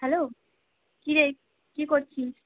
hello কিরে কী করছিস